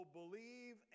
believe